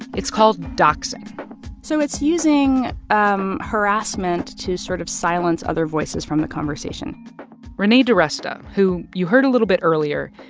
it's called doxing so it's using um harassment to sort of silence other voices from the conversation renee diresta, who you heard a little bit earlier,